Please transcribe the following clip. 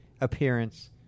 appearance